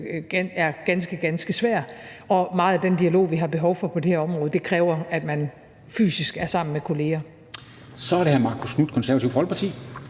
er ganske, ganske svær, og meget af den dialog, vi har behov for på det her område, kræver, at man fysisk er sammen med kolleger. Kl. 10:55 Formanden (Henrik